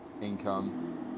income